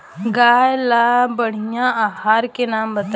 गाय ला बढ़िया आहार के नाम बताई?